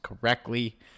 correctly